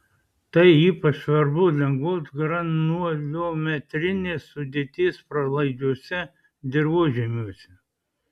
tai ypač svarbu lengvos granuliometrinės sudėties pralaidžiuose dirvožemiuose